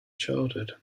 childhood